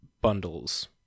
Bundles